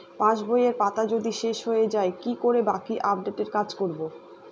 পাসবইয়ের পাতা যদি শেষ হয়ে য়ায় কি করে বাকী আপডেটের কাজ করব?